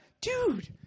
Dude